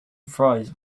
fries